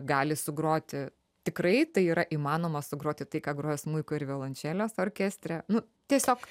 gali sugroti tikrai tai yra įmanoma sugroti tai ką groja smuiku ir violončelės orkestre nu tiesiog